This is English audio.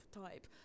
type